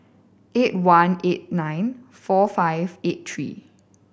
eight one eight nine four five eight three